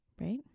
right